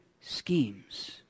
schemes